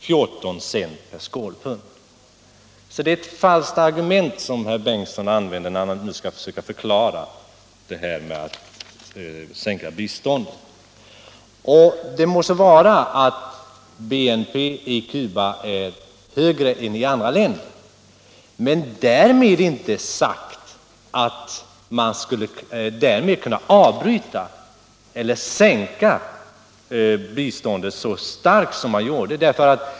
Det är således ett falskt argument herr Bengtson använder när han skall försöka förklara sänkningen av biståndet. Det må vara att BNP i Cuba är högre än i flera andra länder, men därmed är inte sagt att man skulle kunna avbryta eller minska biståndet så starkt som man gjort.